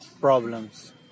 problems